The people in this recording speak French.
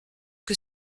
que